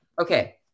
Okay